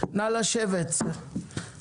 (הישיבה נפסקה בשעה 13:10 ונתחדשה בשעה 13:45.)